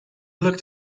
looked